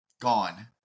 Gone